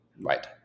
right